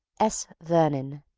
s. vernon.